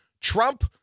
Trump